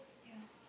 yeah